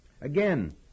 Again